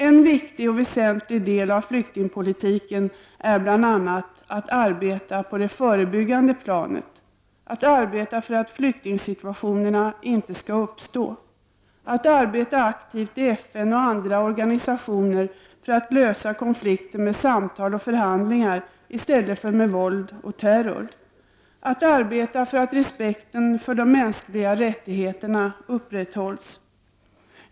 En viktig och väsentlig del av flyktingpolitiken är bl.a. arbetet på det förebyggande planet: — att arbeta för att flyktingsituationer inte skall uppstå, — att arbeta aktivt i FN och andra organisationer för att lösa konflikter med samtal och förhandlingar i stället för med våld och terror och — att arbeta för att respekten för de mänskliga rättigheterna upprätthålls.